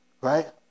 Right